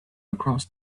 across